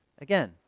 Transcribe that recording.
Again